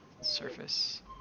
surface